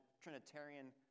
Trinitarian